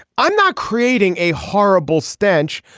i'm not creating a horrible stench.